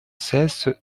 cesse